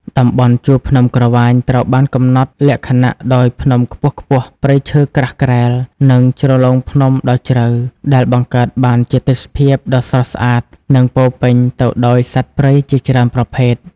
តំបន់ជួរភ្នំក្រវាញត្រូវបានកំណត់លក្ខណៈដោយ ភ្នំខ្ពស់ៗ ព្រៃឈើក្រាស់ក្រែល និងជ្រលងភ្នំដ៏ជ្រៅ ដែលបង្កើតបានជាទេសភាពដ៏ស្រស់ស្អាត និងពោរពេញទៅដោយសត្វព្រៃជាច្រើនប្រភេទ។